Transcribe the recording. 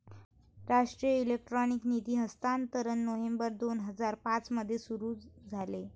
राष्ट्रीय इलेक्ट्रॉनिक निधी हस्तांतरण नोव्हेंबर दोन हजार पाँच मध्ये सुरू झाले